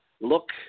Look